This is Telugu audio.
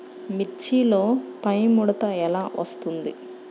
మిర్చిలో పైముడత ఎలా వస్తుంది?